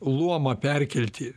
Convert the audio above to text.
luomą perkelti